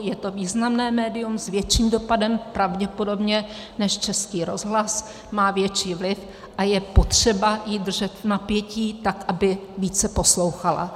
Je to významné médium, s větším dopadem pravděpodobně než Český rozhlas, má větší vliv a je potřeba ji držet v napětí, tak aby více poslouchala.